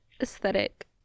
aesthetic